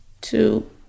two